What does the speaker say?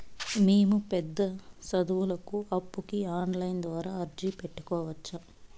మేము పెద్ద సదువులకు అప్పుకి ఆన్లైన్ ద్వారా అర్జీ పెట్టుకోవచ్చా?